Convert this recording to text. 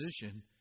position